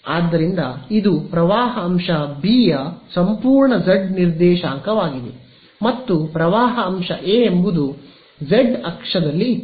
ಆದ್ದರಿಂದ ಇದು ಪ್ರವಾಹ ಅಂಶ B ಯ ಸಂಪೂರ್ಣ z ನಿರ್ದೇಶಾಂಕವಾಗಿದೆ ಮತ್ತು ಪ್ರವಾಹ ಅಂಶ A ಎಂಬುದು ಜೆಡ್ ಅಕ್ಷದಲ್ಲಿ ಇತ್ತು